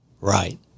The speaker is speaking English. Right